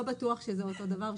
לא בטוח שזה אותו הדבר,